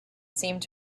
seemed